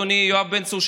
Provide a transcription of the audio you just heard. אדוני יואב בן צור,